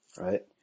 right